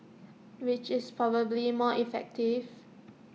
which is probably more effective